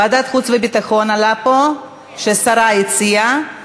ועדת חוץ וביטחון עלתה פה, שהשרה הציעה,